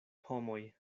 homoj